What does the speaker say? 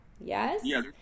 Yes